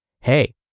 hey